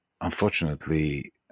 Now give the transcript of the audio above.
unfortunately